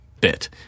bit